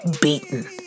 beaten